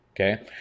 okay